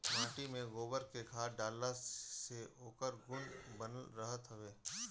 माटी में गोबर के खाद डालला से ओकर गुण बनल रहत हवे